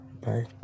Bye